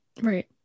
right